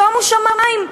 שומו שמים.